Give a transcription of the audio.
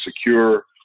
secure